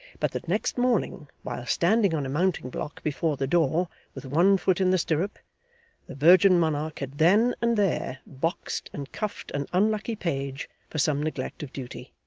but that next morning, while standing on a mounting block before the door with one foot in the stirrup, the virgin monarch had then and there boxed and cuffed an unlucky page for some neglect of duty.